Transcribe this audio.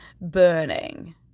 burning